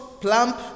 plump